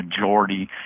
majority